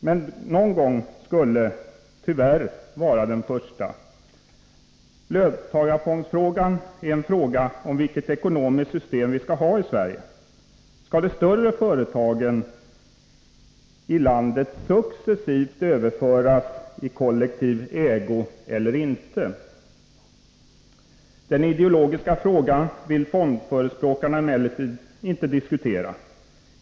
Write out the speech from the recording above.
Men någon gång skulle tyvärr vara den första. Löntagarfondsfrågan är en fråga om vilket ekonomiskt system vi skall ha i Sverige. Skall de större företagen i landet successivt överföras i kollektiv ägo eller inte? Den ideologiska frågan vill fondförespråkarna emellertid inte diskutera.